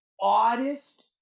oddest